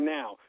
now